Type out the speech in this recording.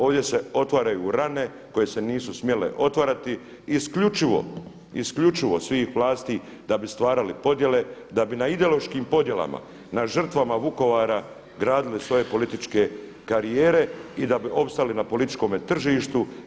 Ovdje se otvaraju rane koje se nisu smjele otvarati i isključivo svih vlasti da bi stvarali podjele, da bi na ideološkim podjelama, na žrtvama Vukovara gradile svoje političke karijere i da bi opstali na političkome tržištu.